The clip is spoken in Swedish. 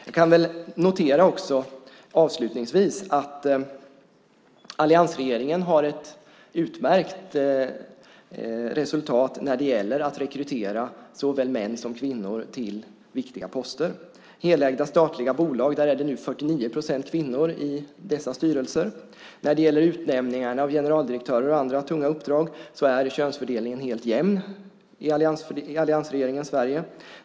Jag kan notera avslutningsvis att alliansregeringen har ett utmärkt resultat när det gäller att rekrytera såväl män som kvinnor till viktiga poster. I helägda statliga bolag är det nu 49 procent kvinnor i styrelserna. När det gäller utnämningarna av generaldirektörer och andra tunga uppdrag är könsfördelningen helt jämn i alliansregeringens Sverige.